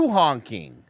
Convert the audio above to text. honking